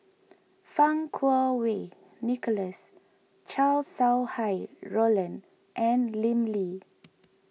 Fang Kuo Wei Nicholas Chow Sau Hai Roland and Lim Lee